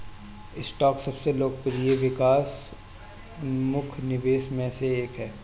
stock सबसे लोकप्रिय विकास उन्मुख निवेशों में से है